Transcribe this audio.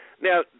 Now